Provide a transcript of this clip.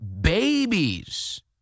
babies